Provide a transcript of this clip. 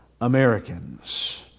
Americans